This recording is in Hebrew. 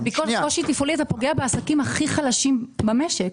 זה פוגע בעסקים הכי חלשים במשק.